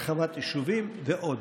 הרחבת יישובים ועוד.